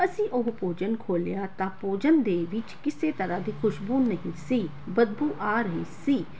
ਅਸੀਂ ਉਹ ਭੋਜਨ ਖੋਲ੍ਹਿਆ ਤਾਂ ਭੋਜਨ ਦੇ ਵਿੱਚ ਕਿਸੇ ਤਰ੍ਹਾਂ ਦੀ ਖੁਸ਼ਬੂ ਨਹੀਂ ਸੀ ਬਦਬੂ ਆ ਰਹੀ ਸੀ